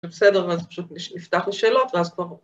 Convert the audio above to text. ‫בסדר, ואז פשוט נפתח לשאלות ‫ואז כבר...